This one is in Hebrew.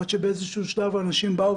עד שבאיזשהו שלב אמרו,